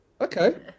Okay